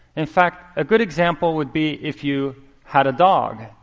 in fact, a good example would be if you had a dog.